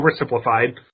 oversimplified